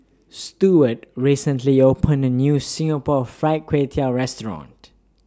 Stewart recently opened A New Singapore Fried Kway Tiao Restaurant